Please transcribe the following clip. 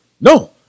No